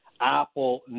Apple